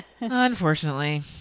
Unfortunately